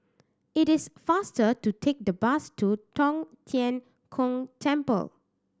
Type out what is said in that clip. it is faster to take the bus to Tong Tien Kung Temple